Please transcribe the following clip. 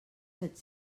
set